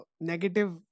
negative